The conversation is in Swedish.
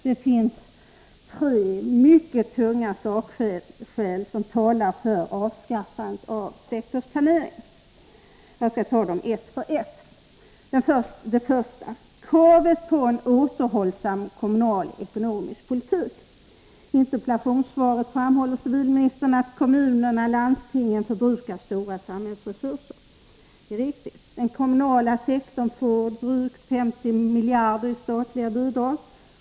Det finns tre mycket tunga sakskäl som talar för avskaffande av sektorsplaneringen. Jag skall ta dem ett för ett. Först kravet på en återhållsam kommunalekonomisk politik. I interpellationssvaret framhåller civilministern att kommunerna/landstingen förbrukar stora samhällsresurser — det är riktigt. Den kommunala sektorn får drygt 50 miljarder kronor i statliga bidrag.